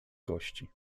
gości